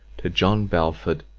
to john belford,